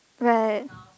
like